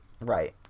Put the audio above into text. Right